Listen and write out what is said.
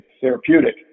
therapeutic